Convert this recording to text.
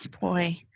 boy